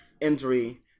injury